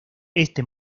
este